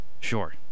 Sure